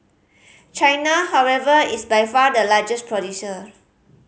China however is by far the largest producer